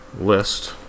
list